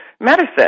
medicine